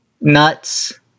Nuts